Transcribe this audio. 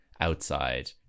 outside